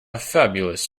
fabulous